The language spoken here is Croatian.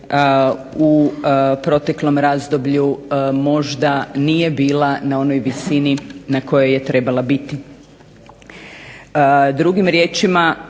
u proteklom razdoblju možda nije bila na onoj visini na kojoj je trebala biti.